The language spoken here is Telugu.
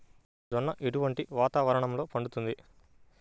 జొన్న ఎటువంటి వాతావరణంలో పండుతుంది?